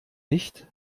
nicht